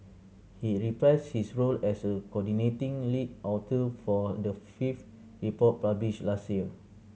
he reprised his role as a coordinating lead author for the fifth report published last year